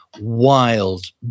wild